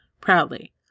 proudly